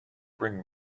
bring